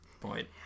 Point